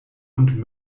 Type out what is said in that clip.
und